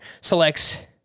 selects